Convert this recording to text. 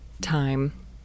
time